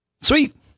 Sweet